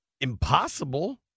impossible